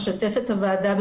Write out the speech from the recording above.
אשתף את הוועדה,